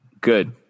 Good